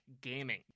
gaming